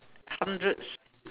hundreds